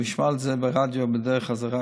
שהוא ישמע על זה ברדיו בדרך חזרה,